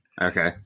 Okay